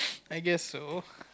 I guess so